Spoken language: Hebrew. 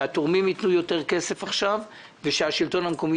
שהתורמים ייתנו עכשיו יותר כסף ושהשלטון המקומי